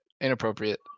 Inappropriate